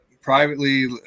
privately